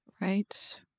right